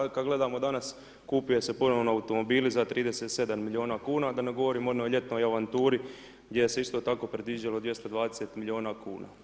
A kada gledamo danas, kupuje se ponovno automobili za 37 milijuna kn, a da ne govorimo o onoj ljetnoj avanturi, gdje se je isto tako predviđalo 220 milijuna kn.